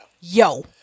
yo